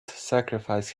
sacrifice